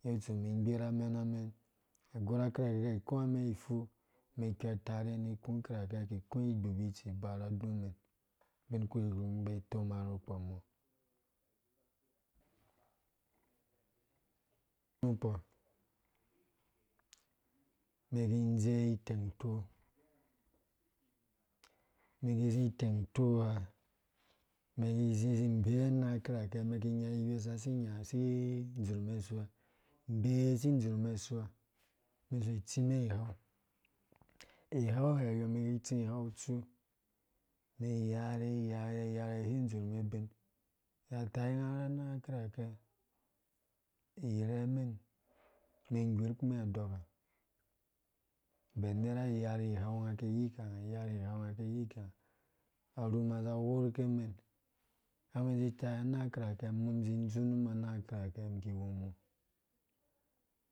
Ngge itsu umum igbiir amena mɛn agwera kirake ki ikuwa umen ifu umɛn kwertare ni iku kirake iki ku igbubitsi ba ra adumen ubin kurki ki bee itoma rukpɔ mɔ nu kpɔ umen ki indze iteng utoo, umɛn ki zi iteng utoo umɛn ki zi iteng utoo ha umɛn ki izi inbee anang akirakɛ umen iki inya iwoisa si inyam si idzurh mɛn usua umɛn iso itsimɛn ighau ighauyɔ umɛn ki tsi ighau utsu umen iyare yare yare si idzurhmen ubin za ataiga anang kirke irhemen umen ingwirkumɛn adɔka bɛn nera ayari ighaunga kiyi kanga ayari ighaunga kiyi kanga ayri ighaunya kiyi kanga aruma za aghɔrke umɛn har umɛn izi itai ra anang kirakɛ umum izi idzunum anang kirakɛ ki wu mɔ